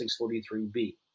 643B